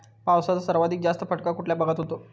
पावसाचा सर्वाधिक जास्त फटका कुठल्या भागात होतो?